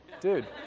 dude